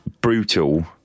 brutal